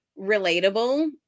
relatable